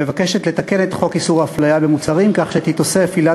מבקשת לתקן את חוק איסור הפליה במוצרים, בשירותים